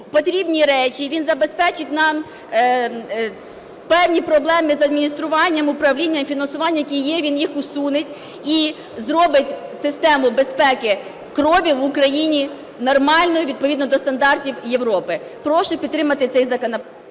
потрібні речі, він забезпечить нам певні проблеми з адмініструванням, управлінням, фінансуванням, які є, він їх усуне і зробить систему безпеки крові в Україні нормальною, відповідно до стандартів Європи. Прошу підтримати цей законопроект.